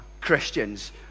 Christians